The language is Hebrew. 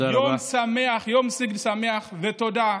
יום שמח, יום סיגד שמח, ותודה.